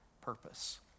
purpose